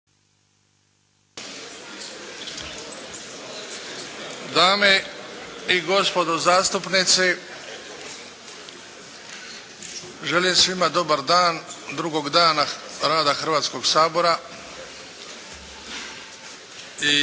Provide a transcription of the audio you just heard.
Dame i gospodo zastupnici! Želim svima dobar dan drugog dana rada Hrvatskog sabora.